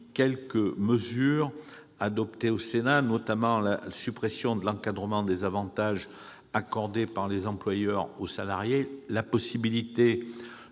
quelques mesures adoptées au Sénat, notamment la suppression de l'encadrement des avantages accordés par les employeurs aux salariés, la possibilité